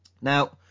Now